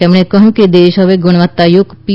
તેમણે કહ્યું દેશ હવે ગુણવત્તાયુક્ત પી